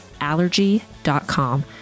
Allergy.com